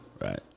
Right